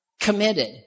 committed